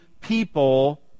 people